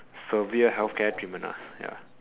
severe healthcare treatment ah ya